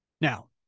now